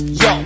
yo